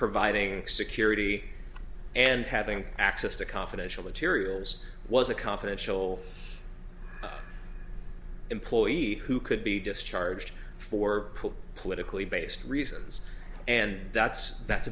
providing security and having access to confidential interiors was a confidential employee who could be discharged for pull politically based reasons and that's that's